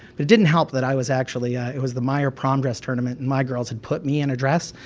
but it didn't help that i was actually, it was the meyer prom dress tournament and my girls had put me in a dress,